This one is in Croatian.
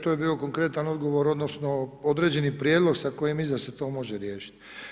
To je bio konkretan odgovor, odnosno određeni prijedlog sa kojim mislim da se to može riješiti.